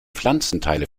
pflanzenteile